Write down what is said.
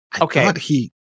Okay